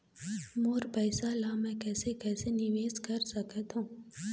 मोर पैसा ला मैं कैसे कैसे निवेश कर सकत हो?